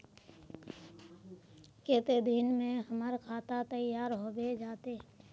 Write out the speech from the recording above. केते दिन में हमर खाता तैयार होबे जते?